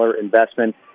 investment